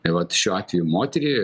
tai vat šiuo atveju moterį